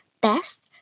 Best